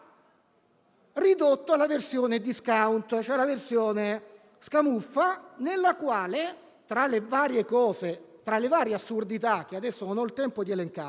ridotto alla versione *discount*, ossia la versione scamuffa nella quale, tra le varie assurdità che adesso non ho il tempo di elencare,